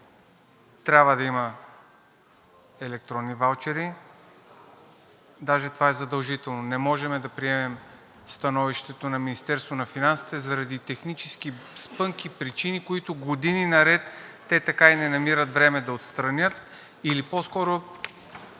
трябва да има електронни ваучери, даже това е задължително. Не можем да приемем становището на Министерството на финансите заради технически спънки, причини, които години наред те така и не намират време да отстранят или по-скоро